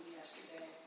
yesterday